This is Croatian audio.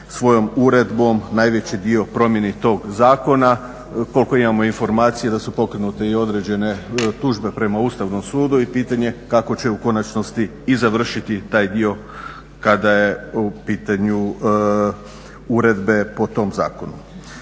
svojom uredbom najveći dio promijeni tog zakona. Koliko imamo informacije da su pokrenute i određene tužbe prema Ustavnom sudu i pitanje je kako će u konačnosti i završiti taj dio kada je u pitanju uredbe po tom zakonu.